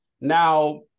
Now